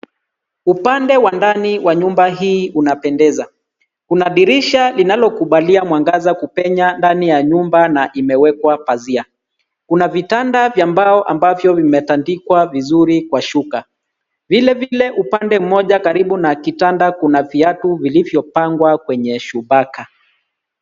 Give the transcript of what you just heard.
Upande wa ndani wa nyumba hii unapendeza. Kuna dirisha linalokubalia mwangaza kupenya ndani ya nyumba na imewekwa pazia. Kuna vitanda vya mbao ambavyo vimetandikwa vizuri kwa shuka. Vile vile upande mmoja karibu na kitanda kuna viatu vilivyopangwa kwenye shubaka.